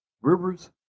Rivers